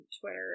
Twitter